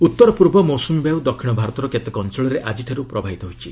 monsoon ଉତ୍ତର ପୂର୍ବ ମୌସୁମୀ ବାୟୁ ଦକ୍ଷିଣ ଭାରତର କେତେକ ଅଞ୍ଚଳରେ ଆକ୍ଟିଠାରୁ ପ୍ରବାହିତ ହୋଇଛି